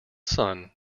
son